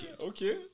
Okay